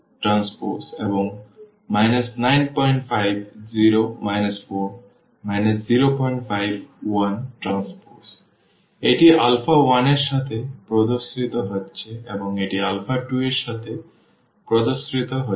এটি আলফা 1 এর সাথে প্রদর্শিত হচ্ছে এবং এটি আলফা 2 এর সাথে প্রদর্শিত হচ্ছে